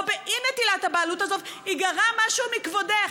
באי-נטילת הבעלות הזאת ייגרע משהו מכבודך.